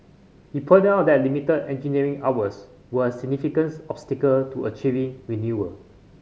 he pointed out that limited engineering hours were a significant obstacle to achieving renewal